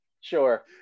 sure